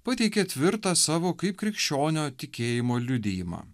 pateikė tvirtą savo kaip krikščionio tikėjimo liudijimą